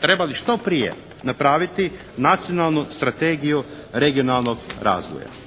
trebali što prije napraviti nacionalnu strategiju regionalnog razvoja,